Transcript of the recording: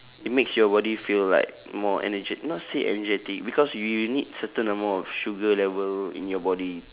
it makes your body feel like more energet~ not say energetic because you you need certain of amount of sugar level in your body